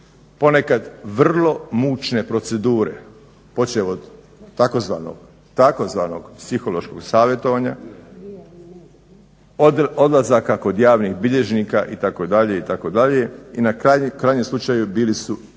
ponekad vrlo mučne procedure, počev od tzv. psihološkog savjetovanja od odlazaka kod javnih bilježnika itd., itd. i na krajnjem slučaju bili su